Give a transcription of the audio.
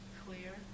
clear